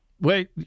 wait